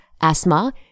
asthma